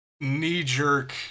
knee-jerk